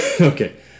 Okay